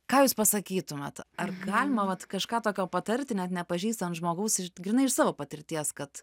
ką jūs pasakytumėt ar galima vat kažką tokio patarti net nepažįstant žmogaus iš grynai iš savo patirties kad